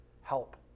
help